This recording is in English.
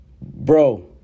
bro